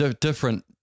different